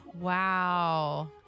Wow